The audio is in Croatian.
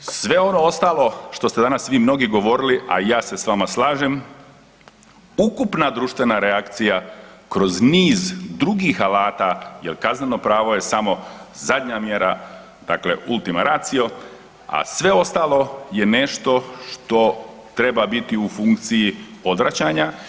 Sve ono ostalo što ste danas vi mnogi govorili, a ja se s vama slažem ukupna društvena reakcija kroz niz drugih alata jer kazneno pravo je samo zadnja mjera dakle ultima ratio, a sve ostalo je nešto što treba biti u funkciji odvraćanja.